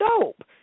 dope